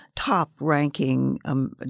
top-ranking